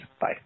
Bye